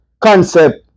concept